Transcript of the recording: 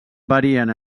varien